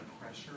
pressure